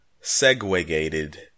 Segregated